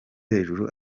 hejuru